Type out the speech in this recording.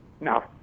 No